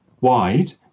wide